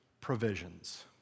Provisions